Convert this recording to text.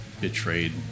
betrayed